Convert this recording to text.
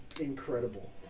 incredible